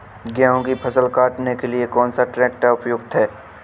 गेहूँ की फसल काटने के लिए कौन सा ट्रैक्टर उपयुक्त है?